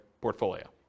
portfolio